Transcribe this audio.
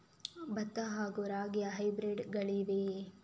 ಭತ್ತ ಹಾಗೂ ರಾಗಿಯ ಹೈಬ್ರಿಡ್ ಗಳಿವೆಯೇ?